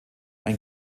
ein